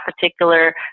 particular